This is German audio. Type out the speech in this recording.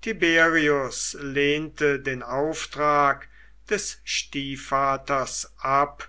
tiberius lehnte den auftrag des stiefvaters ab